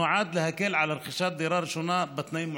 שנועד להקל על רכישת דירה ראשונה בתנאים מועדפים.